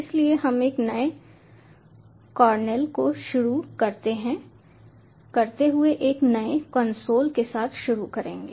इसलिए हम एक नए कॉर्नेल को शुरू करते हुए एक नए कंसोल के साथ शुरू करेंगे